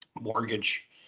mortgage